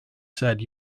said